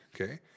okay